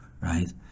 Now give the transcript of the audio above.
right